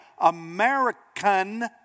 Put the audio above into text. American